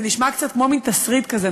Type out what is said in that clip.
זה נשמע קצת כמו מין תסריט כזה,